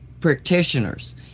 practitioners